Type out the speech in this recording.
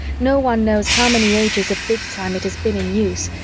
no one knows how many ages of big time it has been in use,